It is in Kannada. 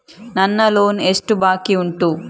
ನನ್ನ ಲೋನ್ ಎಷ್ಟು ಬಾಕಿ ಉಂಟು?